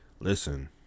Listen